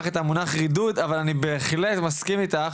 אבל אני בהחלט מסכים איתך